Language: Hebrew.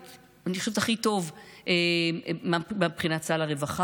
אני חושבת שאני יודעת הכי טוב מה מבחינת סל הרווחה,